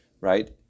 right